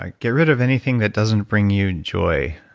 ah get rid of anything that doesn't bring you joy